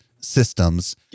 systems